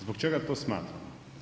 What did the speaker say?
Zbog čega to smatramo?